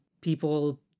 people